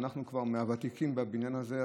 ואנחנו כבר ותיקים בבניין הזה,